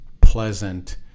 pleasant